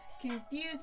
confused